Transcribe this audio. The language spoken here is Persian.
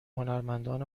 هنرمندان